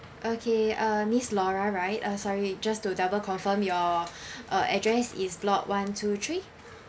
okay uh miss laura right uh sorry just to double confirm your uh address is block one two three